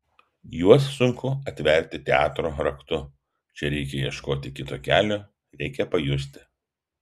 juos sunku atverti teatro raktu čia reikia ieškoti kito kelio reikia pajusti